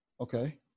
Okay